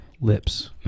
lips